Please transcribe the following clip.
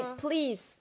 please